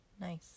Nice